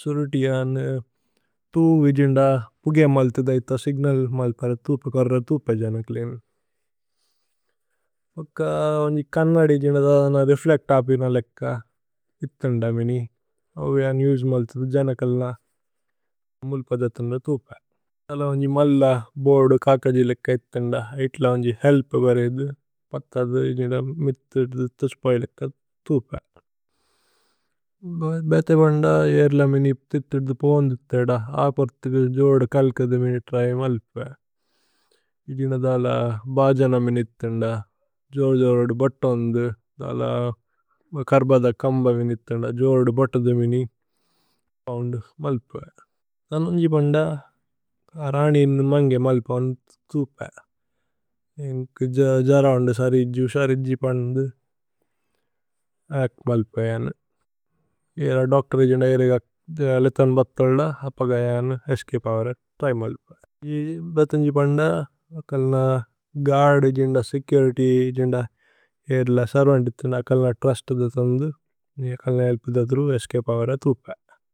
സുരുതിആനു। തുവിജിന്ദ പുഗേ മല്തിദ ഇത്ത। സിഗ്നല് മല്പര തുപേ കോര്ര തുപേ ജനക്ലിനു। ഓക്ക വന്ജി കന്നദി ജിന്ദദ ഓദന രേഫ്ലേച്ത്। അപിന ലേക്ക ഇത്തന്ദ മിനി ഓവേഅന് ഉജേ മല്തിദ। ജനകല്ന മുല്പദതന്ദ തുപേ തല വന്ജി। മല്ല ബോഅര്ദു കകജില് ലേക്ക ഇത്തന്ദ ഇത്ല। വന്ജി ഹേല്പ് ബരേദു പത്ത അദു ജിന്ദദ മിത്ത। ഇദ്ദിത തുസ്പ ഇലക്ക തുപേ ഭേഥേ ബന്ദ യേര്ല। മിനി തിത്തിദു പൂന്ദിത ഇത്ത അദ അപുര്ഥ്കു। ജോര്ദു കല്കദു മിനി ത്രഏ മല്പേ ജിന്ദദ തല। ബജന മിനി ഇത്തന്ദ ജോര്ദു ജോര്ദു ബതോ അന്ദു। തല കര്ബദ കമ്ബ മിനി ഇത്തന്ദ ജോര്ദു ബോതുദു। മിനി ഓന്ദു മല്പേ തനോന്ജി പന്ദ। അരനിനു മന്ഗേ മല്പേ ഓന്ദു തുപേ ജര ഓന്ദു। സരിജു സരിജു പന്ദു ഏക് മല്പേ അനു ജര ദോച്തോര്। ജിന്ദദ ജിരേഗ ജിരേഗ ഏലേതനു। ബത്തല്ദ അപഗയ അനു ഏസ്ചപേ അവരേ। ത്രഏ മല്പേ ഭേഥേ തന്ജി പന്ദ അകല്ന ഗുഅര്ദ്। ജിന്ദദ സേചുരിത്യ് ജിന്ദദ ജിരേല സര്വന്തി ഇത്ത। അകല്ന ത്രുസ്ത് ഇദ്ദത ഓന്ദു। നി അകല്ന ഹേല്പ് ഇദ്ദതുരു।